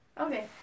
Okay